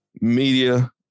Media